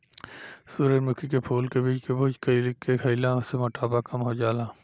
सूरजमुखी के फूल के बीज के भुज के खईला से मोटापा कम हो जाला